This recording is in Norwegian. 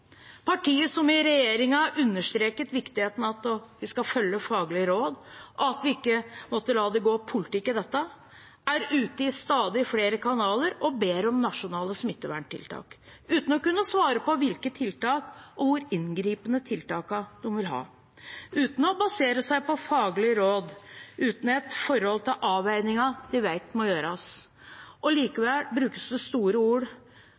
som i regjering understreket viktigheten av at vi skulle følge faglige råd, og at vi ikke måtte la det gå politikk i dette, er ute i stadig flere kanaler og ber om nasjonale smitteverntiltak – uten å kunne svare på hvilke og hvor inngripende tiltak de vil ha, uten å basere seg på faglige råd og uten et forhold til avveiningene de vet må gjøres. Og likevel brukes det store ord